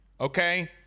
Okay